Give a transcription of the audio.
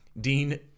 Dean